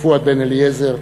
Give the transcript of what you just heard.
פואד בן-אליעזר,